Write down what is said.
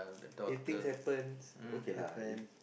if things happens okay lah if